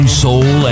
soul